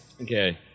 Okay